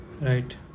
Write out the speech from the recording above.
right